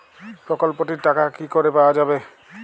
প্রকল্পটি র টাকা কি করে পাওয়া যাবে?